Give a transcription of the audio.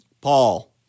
Paul